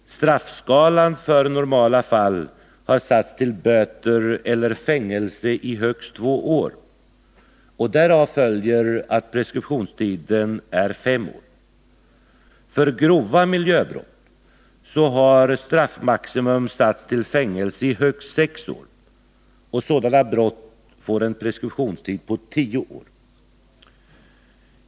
Straffskalan för normala fall har satts till böter eller fängelse i högst två år. För sådana miljöbrott är preskriptionstiden fem år. För grova miljöbrott har straffmaximum satts till fängelse i högst sex år. Sådana brott får en preskriptionstid på tio år.